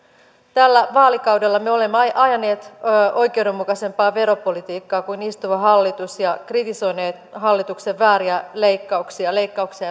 tällä vaalikaudella me olemme ajaneet oikeudenmukaisempaa veropolitiikkaa kuin istuva hallitus ja kritisoineet hallituksen vääriä leikkauksia leikkauksia